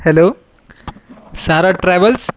hello Sara travels